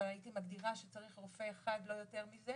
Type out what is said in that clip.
אבל הייתי מגדירה שצריך רופא אחד ולא יותר מזה.